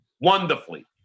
wonderfully